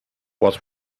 was